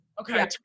okay